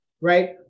right